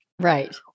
Right